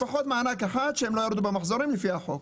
יש לפחות מענק אחד שהם לא ירדו במחזורים לפי החוק.